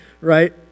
right